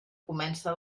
comença